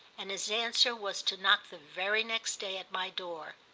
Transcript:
and his answer was to knock the very next day at my door.